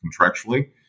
contractually